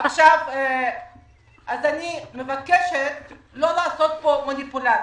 אז אני מבקשת לא לעשות פה מניפולציות,